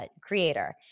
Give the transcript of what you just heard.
creator